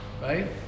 Right